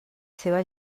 seva